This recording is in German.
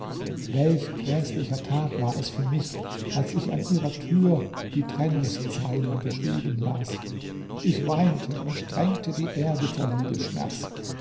welch gräßlicher tag war es für mich als ich an ihrer tür die trennungszeilen geschrieben las ich weinte und tränkte die erde vor liebesschmerz